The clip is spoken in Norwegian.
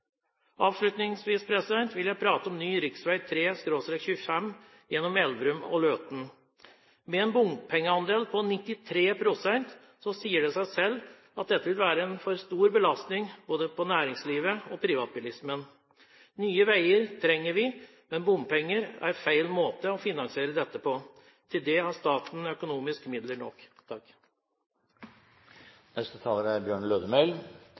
Avslutningsvis vil jeg prate om ny rv. 3/25 gjennom Elverum og Løten. Med en bompengeandel på 93 pst. sier det seg selv at dette vil være en for stor belastning både på næringslivet og på privatbilismen. Nye veier trenger vi, men bompenger er feil måte å finansiere dette på. Til det har staten økonomiske midler nok.